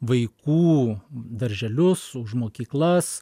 vaikų darželius už mokyklas